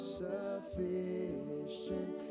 sufficient